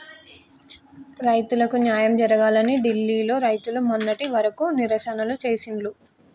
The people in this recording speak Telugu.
రైతులకు న్యాయం జరగాలని ఢిల్లీ లో రైతులు మొన్నటి వరకు నిరసనలు చేసిండ్లు